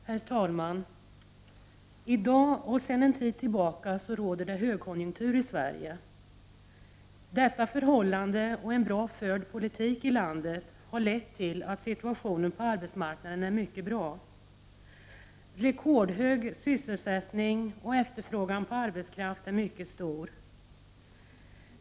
Herr talman! I dag och sedan en tid tillbaka råder högkonjunktur i Sverige. Detta förhållande och en bra förd politik i landet har lett till att situationen på arbetsmarknaden är mycket bra. Sysselsättningen är rekordhög, och efterfrågan på arbetskraft är mycket stor.